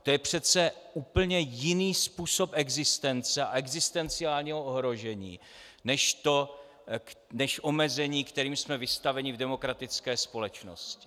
To je přece úplně jiný způsob existence a existenciálního ohrožení než omezení, kterým jsme vystaveni v demokratické společnosti.